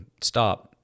stop